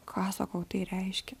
ką sakau tai reiškia